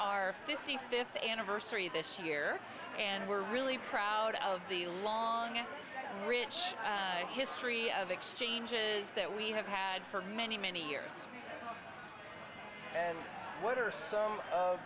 our fifty fifth anniversary this year and we're really proud of the lawn and rich history of exchanges that we have had for many many years what are some of